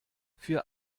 für